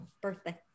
birthday